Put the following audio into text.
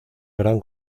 gran